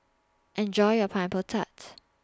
Enjoy your Pineapple Tart